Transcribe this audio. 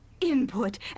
Input